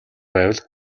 байвал